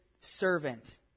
servant